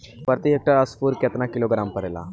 प्रति हेक्टेयर स्फूर केतना किलोग्राम परेला?